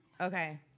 Okay